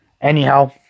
Anyhow